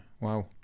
wow